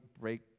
break